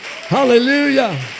Hallelujah